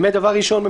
דבר ראשון,